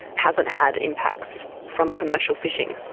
hasn't had impacts from commercial fishing.